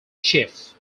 chief